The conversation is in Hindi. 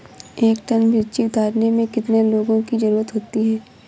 एक टन मिर्ची उतारने में कितने लोगों की ज़रुरत होती है?